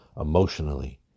emotionally